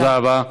תודה רבה.